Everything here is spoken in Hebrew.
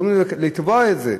והם יכולים לתבוע את זה,